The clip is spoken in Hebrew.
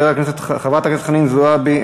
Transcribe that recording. חברת הכנסת חנין זועבי,